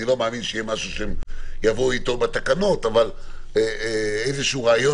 אני לא מאמין שיהיה משהו שהם יבואו אתו בתקנות אבל איזשהו רעיון.